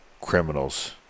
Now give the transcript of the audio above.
criminals